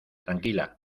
tranquila